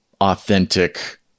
authentic